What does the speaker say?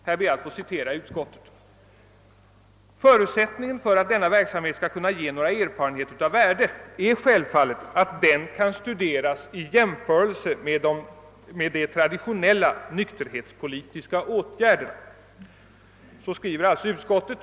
Jag ber att få citera ur utskottsutlå tandet: »Förutsättningen för att denna verksamhet skall kunna ge några erfarenheter av värde är självfallet att den kan studeras i jämförelse med de traditionella nykterhetspolitiska åtgärderna.» Så skriver alltså utskottet.